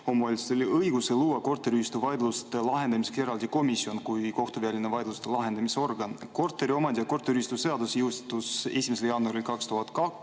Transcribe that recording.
omavalitsustele õiguse luua korteriühistu vaidluste lahendamiseks eraldi komisjon kui kohtuväline vaidluste lahendamise organ. Korteriomandi- ja korteriühistuseadus jõustus 1. jaanuaril 2018